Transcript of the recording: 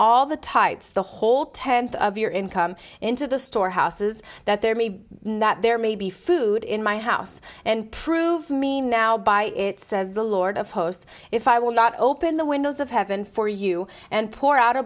types the whole tenth of your income into the store houses that there may be that there may be food in my house and prove me now by it says the lord of hosts if i will not open the windows of heaven for you and pour out a